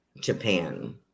Japan